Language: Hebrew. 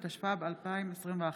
התשפ"ב 2021,